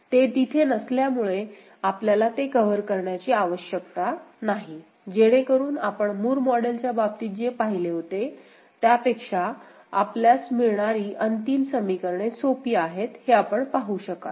ते तिथे नसल्यामुळेआपल्याला ते कव्हर करण्याची आवश्यकता नाही जेणेकरून आपण मूर मॉडेलच्या बाबतीत जे पाहिले होते त्यापेक्षाआपल्यास मिळणारी अंतिम समीकरणे सोपी आहेत हे आपण पाहू शकाल